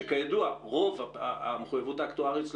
וכידוע רוב המחויבות האקטוארית של